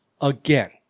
again